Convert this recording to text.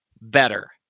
better